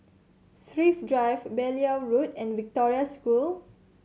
Thrift Drive Beaulieu Road and Victoria School